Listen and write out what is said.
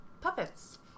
puppets